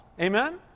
amen